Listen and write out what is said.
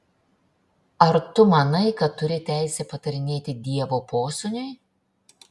ar tu manai kad turi teisę patarinėti dievo posūniui